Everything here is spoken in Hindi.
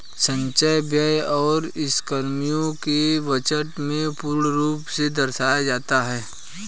संचय व्यय और स्कीमों को बजट में पूर्ण रूप से दर्शाया जाता है